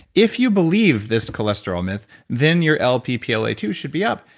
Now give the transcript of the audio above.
if you believe this cholesterol myth, then your lp p l a two should be up.